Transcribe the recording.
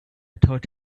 told